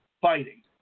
fighting